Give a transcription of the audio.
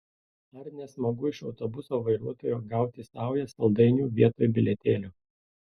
ar ne smagu iš autobuso vairuotojo gauti saują saldainių vietoj bilietėlio